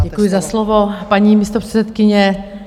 Děkuji za slovo, paní místopředsedkyně.